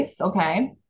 okay